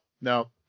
no